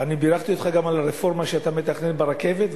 אני בירכתי אותך גם על הרפורמה שאתה מתכנן ברכבת,